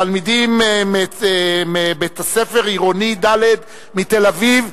תלמידים מבית-הספר עירוני ד' בתל-אביב,